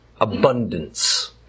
abundance